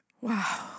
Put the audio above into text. Wow